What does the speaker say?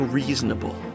reasonable